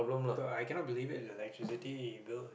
cause I cannot believe it the electricity bill is